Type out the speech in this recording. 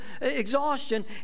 exhaustion